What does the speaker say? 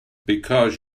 because